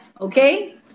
okay